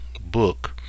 book